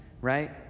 right